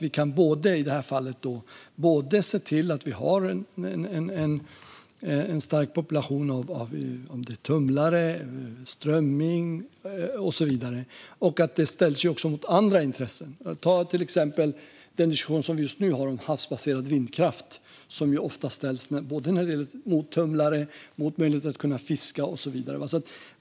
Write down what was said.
I det här fallet ska vi alltså se till att vi har starka populationer av tumlare, strömming och så vidare, men det ställs också mot andra intressen. Ta till exempel den diskussion vi just nu har om havsbaserad vindkraft, som ju ofta ställs mot tumlare, möjligheten att fiska och så vidare.